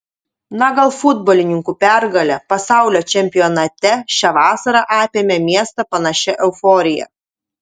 na gal futbolininkų pergalė pasaulio čempionate šią vasarą apėmė miestą panašia euforija